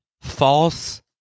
false